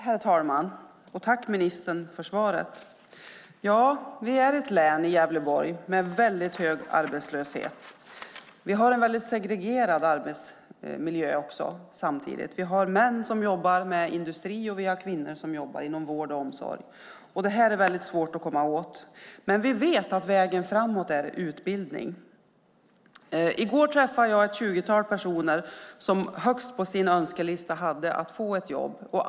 Herr talman! Tack, ministern, för svaret! Gävleborg är ett län där vi har väldigt hög arbetslöshet. Vi har samtidigt en mycket segregerad arbetsmiljö. Vi har män som jobbar i industri och vi har kvinnor som jobbar inom vård och omsorg. Det här är väldigt svårt att komma åt. Vi vet att vägen framåt är utbildning. I går träffade jag ett tjugotal personer som högst på sin önskelista hade att få ett jobb.